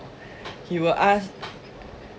he will ask